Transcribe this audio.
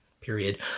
period